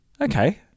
Okay